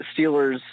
Steelers